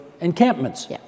encampments